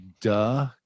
duh